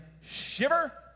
shiver